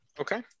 Okay